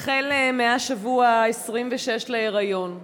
הקשורות לאימהות, החל בשבוע ה-26 להיריון.